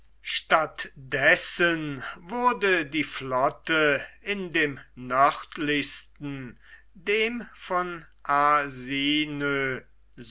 stattdessen wurde die flotte in dem nördlichsten dem von